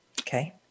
Okay